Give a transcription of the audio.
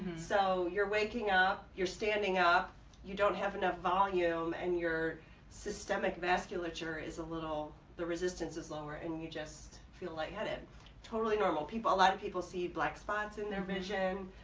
so you're waking up you're standing up you don't have enough volume and your systemic vasculature is a little the resistance is lower and you just feel light-headed totally normal people a lot of people see black spots in their vision